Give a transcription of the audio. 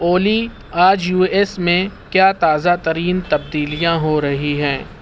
اولی آج U S میں کیا تازہ ترین تبدیلیاں ہو رہی ہیں